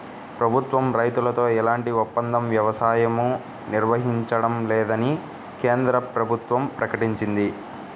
ప్రభుత్వం రైతులతో ఎలాంటి ఒప్పంద వ్యవసాయమూ నిర్వహించడం లేదని కేంద్ర ప్రభుత్వం ప్రకటించింది